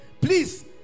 Please